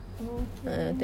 okay